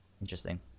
Interesting